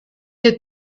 had